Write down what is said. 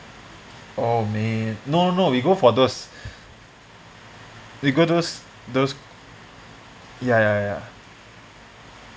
oh man no no we go for those we go those those ya ya ya